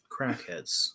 crackheads